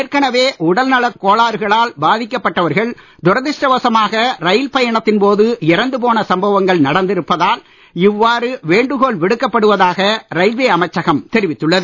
ஏற்கனவே உடல்நலக் கோளாறுகளால் பாதிக்கப் பட்டவர்கள் துரதிருஷ்ட வசமாக ரயில் பயணத்தின் போது இறந்துபோன சம்பவங்கள் நடந்திருப்பதால் இவ்வாறு வேண்டுகோள் விடுக்கப் படுவதாக ரயில் அமைச்சகம் தெரிவித்துள்ளது